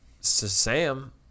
Sam